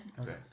Okay